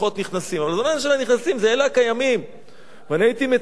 אני הייתי מצפה שתקום פה רשות לאומית,